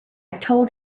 told